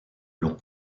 long